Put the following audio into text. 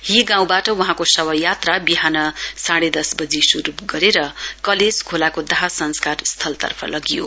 हीगाउँबाट वहाँको शवयात्रा बिहान साडे दसबजी श्रू गरेर कलेज खोलाको दाह संस्कार दाह स्थलतर्फ लगियो